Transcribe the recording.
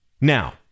Now